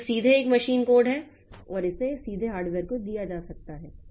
तो यह सीधे एक मशीन कोड है और इसे सीधे हार्डवेयर को दिया जा सकता है